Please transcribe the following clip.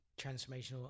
transformational